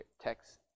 Text